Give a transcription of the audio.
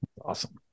Awesome